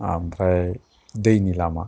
आमफ्राय दैनि लामा